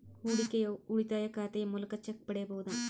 ಹೂಡಿಕೆಯ ಉಳಿತಾಯ ಖಾತೆಯ ಮೂಲಕ ಚೆಕ್ ಪಡೆಯಬಹುದಾ?